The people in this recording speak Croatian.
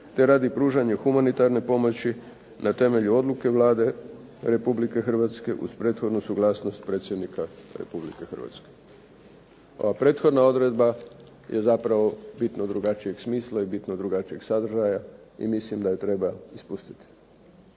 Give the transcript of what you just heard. te radi pružanja humanitarne pomoći na temelju odluke Vlade Republike Hrvatske uz prethodnu suglasnost predsjednika Republike Hrvatske.". Ova prethodna odredba je zapravo bitno drugačijeg smisla i bitno drugačijeg sadržaja i mislim da je treba ispustiti.